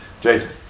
Jason